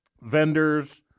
vendors